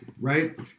Right